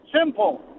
Simple